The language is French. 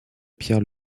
pierre